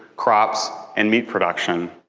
crops, and meat production.